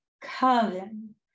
coven